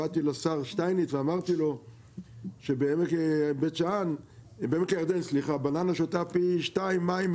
באתי לשר שטייניץ ואמרתי לו שבעמק הירדן בננה שותה פי שתיים מים,